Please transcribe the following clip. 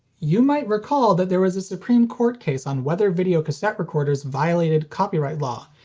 you might recall that there was a supreme court case on whether videocassette recorders violated copyright law,